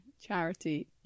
Charity